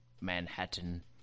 Manhattan